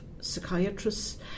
Psychiatrists